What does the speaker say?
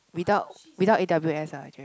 without without A_W_S ah actually